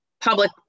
public